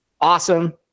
awesome